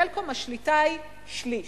למשל, שבשרשור ב"סלקום", השליטה היא שליש.